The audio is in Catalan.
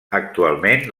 actualment